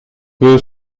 que